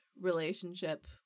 relationship